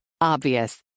Obvious